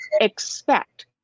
expect